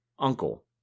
Uncle